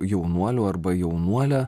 jaunuoliu arba jaunuole